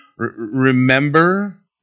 remember